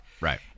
right